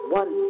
one